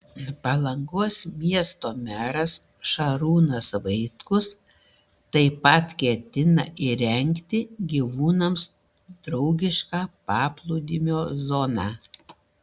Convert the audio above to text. palangos miesto meras šarūnas vaitkus taip pat ketina įrengti gyvūnams draugišką paplūdimio zoną